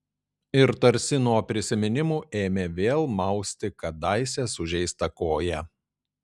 ir tarsi nuo prisiminimų ėmė vėl mausti kadaise sužeistą koją